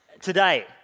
today